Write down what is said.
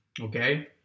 Okay